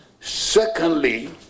Secondly